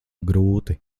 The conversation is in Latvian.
grūti